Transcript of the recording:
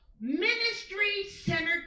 ministry-centered